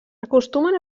acostumen